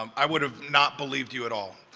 um i would have not believe you at all.